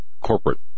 corporate